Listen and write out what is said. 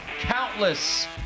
countless